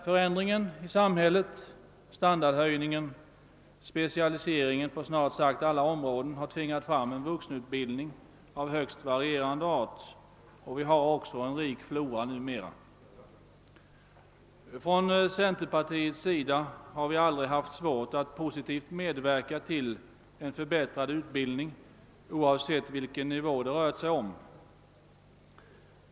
Förändringen av samhället, standardhöjningen och specialiseringen hos snart sagt alla områden har tvingat fram en vuxenutbildning av högst varierande art, och vi har en rik flora numera. Från centerpartiet har vi aldrig haft svårt att positivt medverka till en förbättrad utbildning, oavsett vilken nivå det rört sig om.